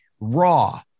Raw